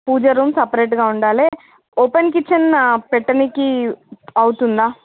పూజ room సెపరేట్గా ఉండాలి open kitchen పెట్టడానికి అవుతుందా